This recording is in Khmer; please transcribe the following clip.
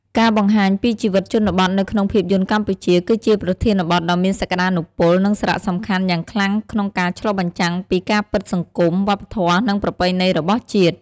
ការបង្ហាញពីជីវិតជនបទនៅក្នុងភាពយន្តកម្ពុជា គឺជាប្រធានបទដ៏មានសក្ដានុពល និងសារៈសំខាន់យ៉ាងខ្លាំងក្នុងការឆ្លុះបញ្ចាំងពីការពិតសង្គម វប្បធម៌ និងប្រពៃណីរបស់ជាតិ។